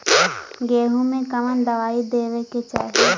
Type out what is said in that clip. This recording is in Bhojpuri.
गेहूँ मे कवन दवाई देवे के चाही?